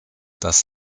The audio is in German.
das